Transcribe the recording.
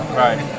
right